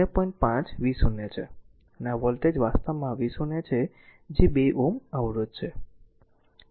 5 v0 છે અને આ વોલ્ટેજ વાસ્તવમાં v0 છે જે 2 ઓહ્મ અવરોધ છે